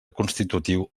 constitutiu